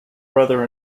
brother